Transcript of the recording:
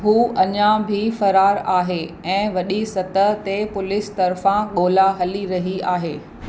हू अञा बि फ़रारु आहे ऐं वॾी सतह ते पुलिस तर्फ़ां ॻोल्हा हली रही आहे